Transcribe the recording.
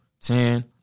ten